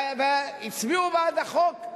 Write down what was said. והצביעו בעד החוק,